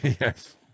Yes